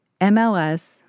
MLS